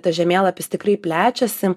tas žemėlapis tikrai plečiasi